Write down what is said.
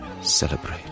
Celebrate